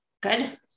Good